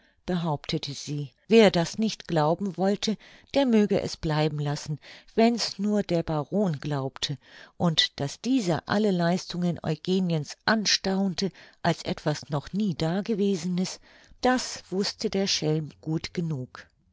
behauptete sie wer das nicht glauben wollte der möge es bleiben lassen wenn's nur der baron glaubte und daß dieser alle leistungen eugeniens anstaunte als etwas noch nie dagewesenes das wußte der schelm gut genug